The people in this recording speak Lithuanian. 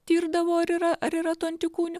tirdavo ar yra ar yra tų antikūnių